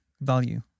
value